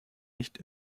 nicht